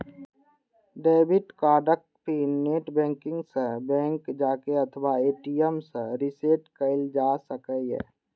debit कार्डक PIN net banking सं, bank जाके अथवा ए.टी.एम सं रीसेट कैल जा सकैए